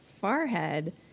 forehead